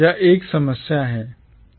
यह एक समस्या है यह एक पहेली है